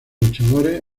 luchadores